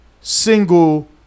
single